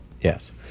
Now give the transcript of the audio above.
Yes